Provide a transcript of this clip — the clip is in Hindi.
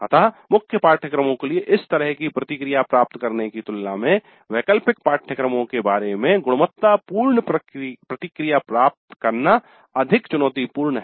अतः मुख्य पाठ्यक्रमों के लिए इस तरह की प्रतिक्रिया प्राप्त करने की तुलना में वैकल्पिक पाठ्यक्रमों के बारे में गुणवत्तापूर्ण प्रतिक्रिया प्राप्त करना अधिक चुनौतीपूर्ण है